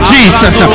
Jesus